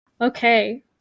Okay